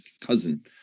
cousin